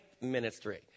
ministry